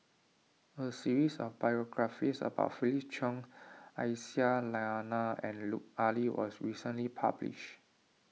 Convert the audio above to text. a series of biographies about Felix Cheong Aisyah Lyana and Lut Ali was recently published